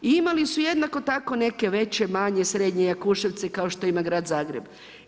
I imali su jednako tako neke veće, manje, srednje Jakuševce kao što ima grad Zagreb.